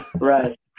Right